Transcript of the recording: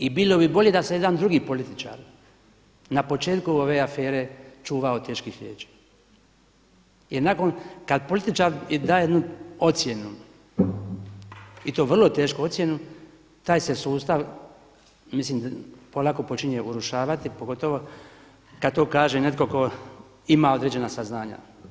I bilo bi bolje da se jedan drugi političar na početku ove afere čuvao teških riječi jer kada političar daje jednu ocjenu i to vrlo tešku ocjenu, taj se sustav mislim polako počinje urušavati pogotovo kada to netko kaže ko ima određena saznanja.